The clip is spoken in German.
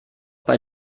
bei